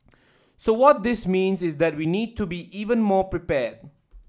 so what this means is that we need to be even more prepared